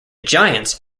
giants